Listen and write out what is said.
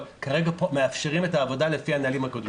אבל כרגע אנחנו מאפשרים את העבודה לפי הנהלים הקודמים.